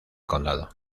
condado